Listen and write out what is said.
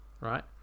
right